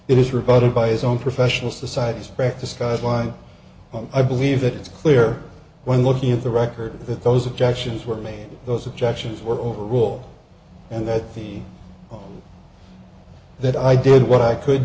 it is rebutted by his own professional societies practice guideline i believe it is clear when looking at the record that those objections were made those objections were over rule and that the one that i did what i could